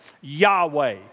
Yahweh